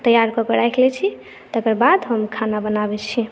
तैयार कऽ कऽ राखि लै छी तकरबाद हम खाना बनाबै छी